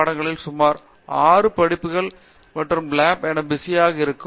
பாடங்களில் சுமார் 6 படிப்புகள் மற்றும் லேப் என பிஸியாக இருக்கும்